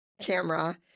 camera